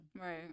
Right